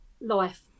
life